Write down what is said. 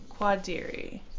Quadiri